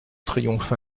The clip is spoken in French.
triomphe